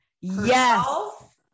Yes